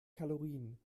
kalorien